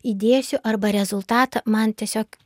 įdėsiu arba rezultatą man tiesiog